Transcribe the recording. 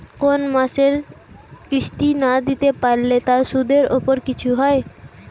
কোন মাসের কিস্তি না দিতে পারলে তার সুদের উপর কিছু হয়?